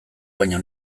baina